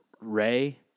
Ray